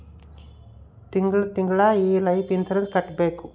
ತಿಂಗಳ ತಿಂಗಳಾ ಈ ಲೈಫ್ ಇನ್ಸೂರೆನ್ಸ್ ಕಟ್ಬೇಕು